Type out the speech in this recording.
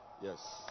Yes